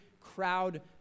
crowd